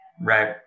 Right